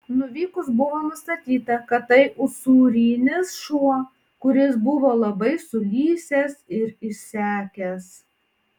nuvykus buvo nustatyta kad tai usūrinis šuo kuris buvo labai sulysęs ir išsekęs